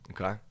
Okay